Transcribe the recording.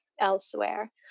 elsewhere